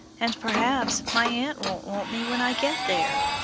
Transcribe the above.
and perhaps my aunt won't want me when i get there.